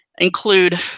Include